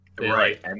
Right